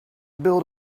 build